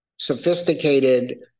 sophisticated